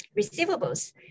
receivables